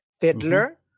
Fiddler